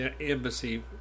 embassy